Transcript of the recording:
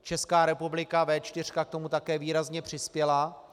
Česká republika a V4 k tomu také výrazně přispěly.